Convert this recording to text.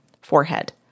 forehead